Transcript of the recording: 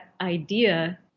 idea